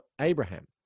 Abraham